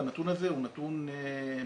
והנתון הזה הוא נתון מעודד,